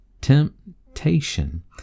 temptation